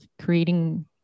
creating